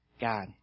God